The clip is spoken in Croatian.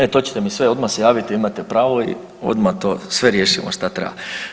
E to ćete mi sve, odmah se javite imate pravo i odmah to sve riješimo šta treba.